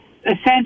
Essentially